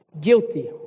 Guilty